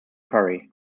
curry